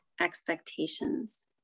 expectations